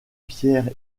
pierre